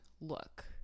Look